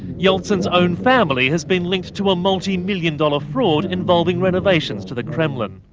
yeltsin's own family has been linked to a multi-million dollar fraud involving renovations to the kremlin.